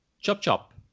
Chop-chop